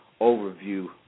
overview